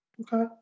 Okay